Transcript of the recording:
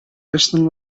resten